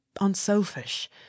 unselfish